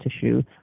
tissue